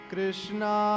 Krishna